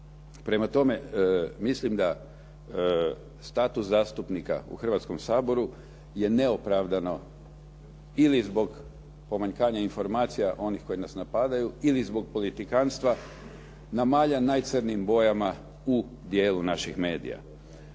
Prema tome, mislim da status zastupnika u Hrvatskom saboru je neopravdano ili zbog pomanjkanja informacija onih koji nas napadaju ili zbog politikantstva namalja najcrnjim bojama u dijelu naših medija.